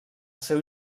seu